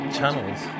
channels